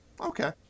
Okay